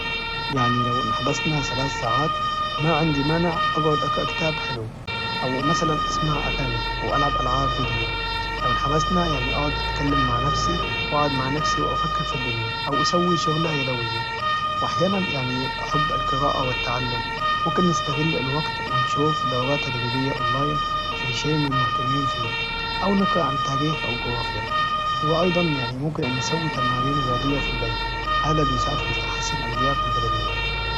يعني لو انحبسنا ثلاث ساعات ماعندي مانع اجعد اقرأ كتاب حلو او مثلا اسمع أغاني أو ألعب ألعاب فيديو لو انحبسنا يعني اقعد اتكلم مع نفسي واقعد مع نفسي وأفكر في الدنيا أو اسوي شغلة يدوية وأحيانا يعني أحب القراءة والتعلم ممكن نستغل الوقت ونشوف دورات تدريبية أونلاين في شيء من المهتمين فيه أو نقرأ عن التاريخ أو الجغرافيا وأيضا يعني ممكن نسوي تمارين الرياضية في البيت هذا بيساعد على تحسن اللياقة البدنية